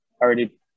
already